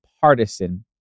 partisan